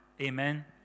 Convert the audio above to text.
Amen